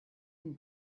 can